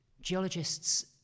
Geologists